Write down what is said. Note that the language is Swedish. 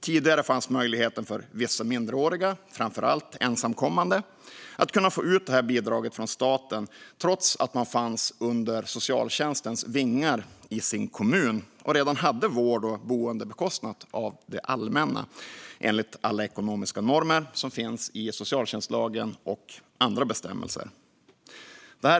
Tidigare fanns en möjlighet för vissa minderåriga, framför allt ensamkommande, att få ut det här bidraget från staten trots att de fanns under socialtjänstens vingar i sin kommun och redan hade vård och boende bekostat av det allmänna enligt alla ekonomiska normer som finns i socialtjänstlagen och andra bestämmelser.